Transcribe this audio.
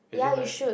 ya you should